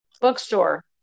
Bookstore